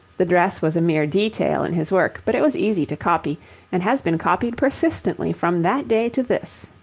the dress was a mere detail in his work, but it was easy to copy and has been copied persistently from that day to this.